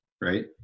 right